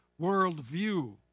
worldview